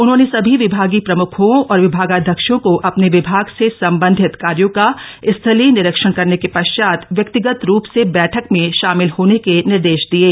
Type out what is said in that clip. उन्होंने सभी विभागीय प्रमुखों और विभागाध्यक्षों को अपने विभाग से सम्बन्धित कार्यों का स्थलीय निरीक्षण करने के पश्चात व्यक्तिगत रूप से बैठक में शामिल होने के निर्देश दिये